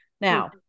Now